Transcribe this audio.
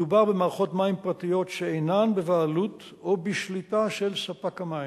מדובר במערכות מים פרטיות שאינן בבעלות או בשליטה של ספק המים.